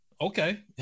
okay